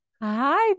Hi